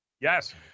yes